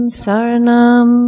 saranam